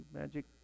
Magic